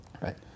Right